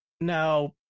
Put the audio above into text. Now